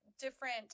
different